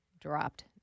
Dropped